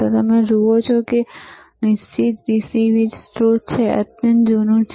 જો તમે જુઓ આ જમણે નિશ્ચિત DC વીજ સ્ત્રોત છે અને આ અત્યંત જૂનું છે